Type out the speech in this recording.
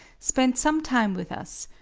spent some time with us,